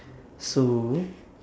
so